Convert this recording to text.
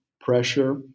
pressure